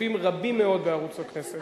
צופים רבים מאוד בערוץ הכנסת.